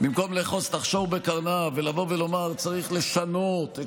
במקום לאחוז את השור בקרניו ולבוא ולומר שצריך לשנות את